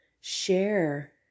share